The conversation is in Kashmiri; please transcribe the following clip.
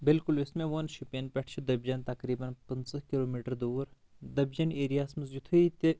بالکُل یُس مےٚ ووٚن شُپیان پٮ۪ٹھ چھُ دٔبۍ جن تقریٖبن پٕنژٕ کلوٗ میٖٹر دوٗر دٔبۍ جن ایریاہس منٛز یتھُے تہِ